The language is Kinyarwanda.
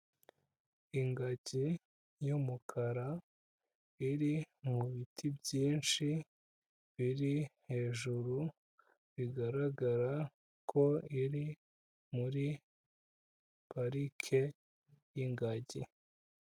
Ingagi y'umukara iri mu biti byinshi biri hejuru, bigaragara ko iri muri parike y'ingagi.